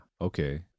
Okay